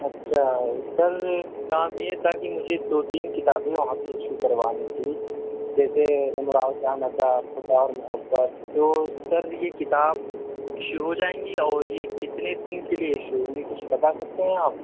اچھا سر ایک کام یہ تھا کہ مجھے دو تین کتابیں وہاں سے ایشو کروانی تھی جیسے امراؤ جان ادا محبت تو سر یہ کتاب ایشو ہو جائیں گی اور یہ کتنے دن کے لیے ایشو ہونگی کچھ بتا سکتے ہیں آپ